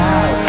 out